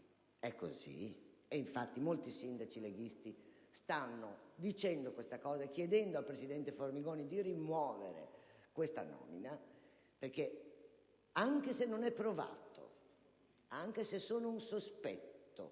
infatti molti sindaci leghisti stanno rimarcando questo fatto chiedendo al presidente Formigoni di rimuovere la nomina. Anche se non è provato, anche se è solo un sospetto,